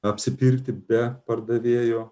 apsipirkti be pardavėjo